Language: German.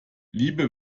liebe